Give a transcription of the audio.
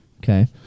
Okay